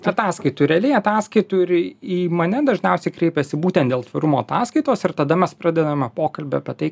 ataskaitų realiai ataskaitų ir į mane dažniausiai kreipiasi būtent dėl tvarumo ataskaitos ir tada mes pradedame pokalbį apie tai